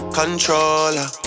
controller